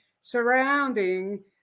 surrounding